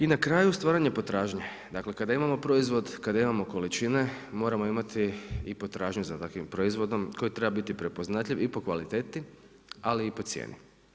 I na kraju stvaranje potražnje, dakle kada imamo proizvod, kada imamo količine, moramo imati i potražnju za takvim proizvodom koji treba biti prepoznatljiv i po kvaliteti ali i po cijeni.